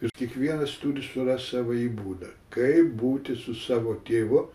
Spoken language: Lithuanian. ir kiekvienas turi surast savąjį būdą kaip būti su savo tėvu